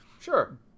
sure